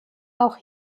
auch